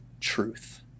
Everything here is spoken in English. truth